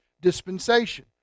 dispensation